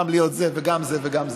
להיות גם זה וגם זה וגם זה.